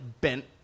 bent